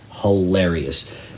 hilarious